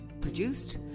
Produced